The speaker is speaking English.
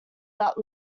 that